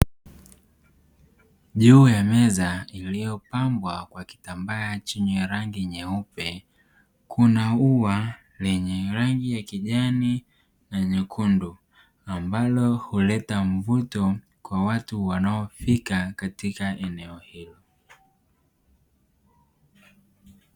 Juu ya meza iliyopambwa kwa kitambaa chenye rangi nyeupe, kuna ua lenye rangi ya kijani na nyekundu ambalo huleta mvuto kwa watu wanaofika katika eneo hilo.